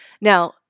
Now